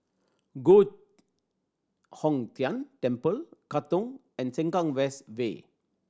Giok Hong Tian Temple Katong and Sengkang West Way